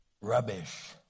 Rubbish